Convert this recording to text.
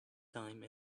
time